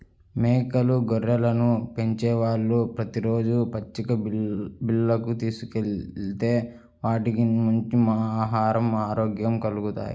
మేకలు, గొర్రెలను పెంచేవాళ్ళు ప్రతి రోజూ పచ్చిక బీల్లకు తీసుకెళ్తే వాటికి మంచి ఆహరం, ఆరోగ్యం కల్గుతాయి